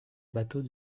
bateaux